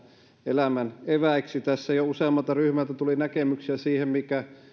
elämän eväiksi tässä jo useammalta ryhmältä tuli näkemyksiä siihen mikä